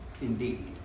indeed